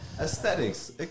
Aesthetics